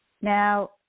now